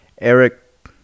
Eric